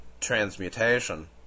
transmutation